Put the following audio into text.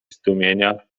zdumienia